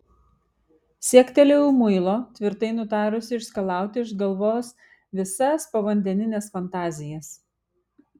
siektelėjau muilo tvirtai nutarusi išskalauti iš galvos visas povandenines fantazijas